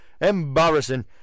Embarrassing